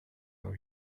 are